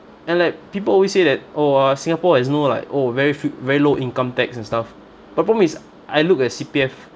and like people always say that oh uh singapore is no like oh very fe~ very low income tax and stuff problem is I look at C_P_F